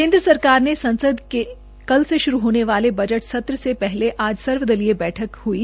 केन्द्र सरकार ने संसद के कल से शुरू होने वाले बजट सत्र से पहले आज सर्वदलीय बैठक ब्रुलाई